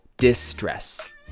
Distress